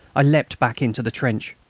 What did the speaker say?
i leaped back into the trench.